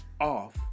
off